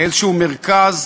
לאיזשהו מרכז,